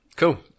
Cool